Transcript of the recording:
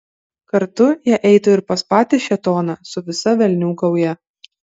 kartu jie eitų ir pas patį šėtoną su visa velnių gauja